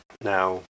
Now